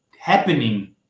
happening